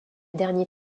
dernier